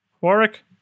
Warwick